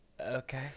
Okay